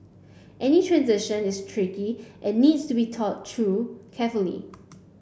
any transition is tricky and needs to be thought through carefully